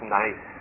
nice